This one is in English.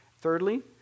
Thirdly